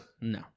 no